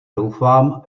doufám